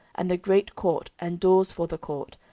and the great court, and doors for the court,